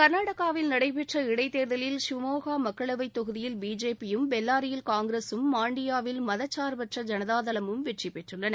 க்நாடகாவில் நடைபெற்ற இடைத்தேர்தலில் ஷிமூகா மக்களவைத் தொகுதியில் பிஜேபி யும் பெல்லாரியில் காங்கிரசும் மாண்டியாவில் மதசா்பற்ற ஜனதாதளமும் வெற்றிபெற்றுள்ளன